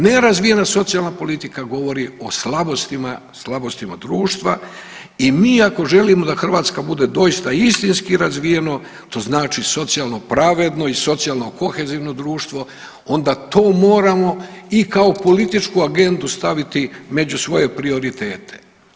Nerazvijena socijalna politika govori o slabostima, slabostima društva i mi ako želimo da Hrvatska bude doista istinski razvijeno, to znači socijalno pravedno i socijalno kohezivno društvo onda to moramo i kao političku agendu staviti među svoje prioritete.